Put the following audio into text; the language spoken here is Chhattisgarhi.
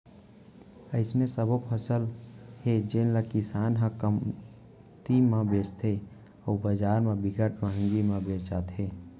अइसने सबो फसल हे जेन ल किसान ह कमती म बेचथे अउ बजार म बिकट मंहगी म बेचाथे